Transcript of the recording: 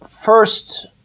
first